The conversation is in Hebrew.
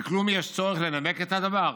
וכלום יש צורך לנמק את הדבר?